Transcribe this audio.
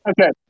Okay